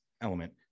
element